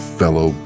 fellow